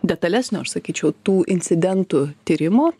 detalesnio aš sakyčiau tų incidentų tyrimo